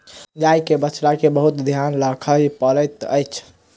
गाय के बछड़ा के बहुत ध्यान राखअ पड़ैत अछि